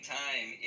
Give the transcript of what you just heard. time